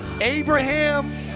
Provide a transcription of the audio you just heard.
Abraham